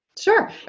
Sure